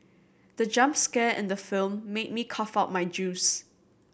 the jump scare in the film made me cough out my juice